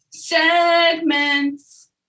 segments